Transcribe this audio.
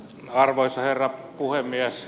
arvoisa herra puhemies